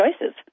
choices